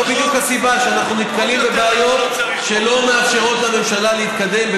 זאת בדיוק הסיבה שאנחנו נתקלים בבעיות שלא מאפשרות לממשלה להתקדם,